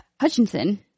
Hutchinson